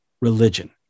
religion